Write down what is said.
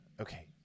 okay